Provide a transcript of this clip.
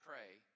pray